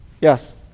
Yes